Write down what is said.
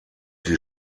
die